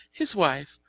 his wife,